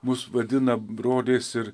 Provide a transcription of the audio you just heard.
mus vadina broliais ir